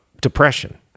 depression